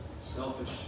selfish